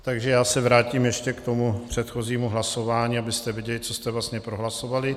Takže já se vrátím ještě k tomu předchozímu hlasování, abyste věděli, co jste vlastně prohlasovali.